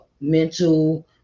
mental